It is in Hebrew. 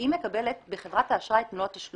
היא מקבלת בחברת האשראי את מלוא התשלום,